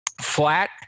flat